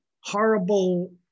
horrible